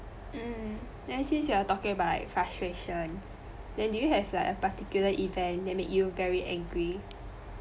mm then since you are talkin about like frustration then do you have like a particular event that make you very angry